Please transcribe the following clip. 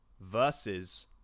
versus